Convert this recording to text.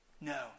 No